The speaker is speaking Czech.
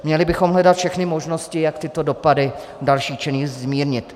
Měli bychom hledat všechny možnosti, jak tyto dopady pro další činnost zmírnit.